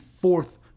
fourth